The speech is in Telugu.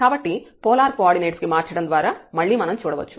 కాబట్టి పోలార్ కోఆర్డినేట్స్ కు మార్చడం ద్వారా మళ్లీ మనం చూడవచ్చు